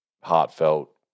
heartfelt